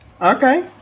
Okay